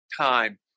time